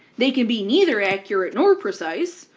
they can be neither accurate nor precise,